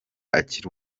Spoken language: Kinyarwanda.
akiri